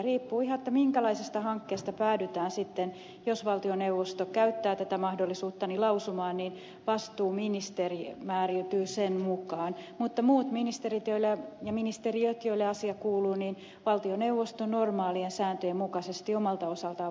riippuu ihan minkälaisesta hankkeesta päädytään sitten jos valtioneuvosto käyttää tätä mahdollisuutta lausumaan niin vastuuministeri määräytyy sen mukaan mutta muut ministerit ja ministeriöt joille asia kuuluu valtioneuvoston normaalien sääntöjen mukaisesti omalta osaltaan vaikuttavat lausuntoon